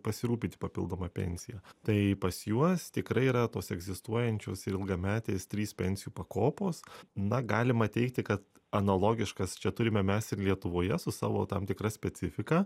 pasirūpyti papildoma pensija tai pas juos tikrai yra tos egzistuojančios ir ilgametės trys pensijų pakopos na galima teigti kad analogiškas čia turime mes ir lietuvoje su savo tam tikra specifika